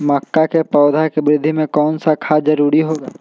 मक्का के पौधा के वृद्धि में कौन सा खाद जरूरी होगा?